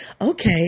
Okay